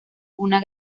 una